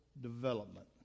development